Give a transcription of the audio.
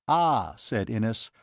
ah! said innes,